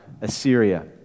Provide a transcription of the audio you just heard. Assyria